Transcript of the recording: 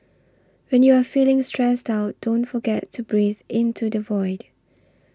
when you are feeling stressed out don't forget to breathe into the void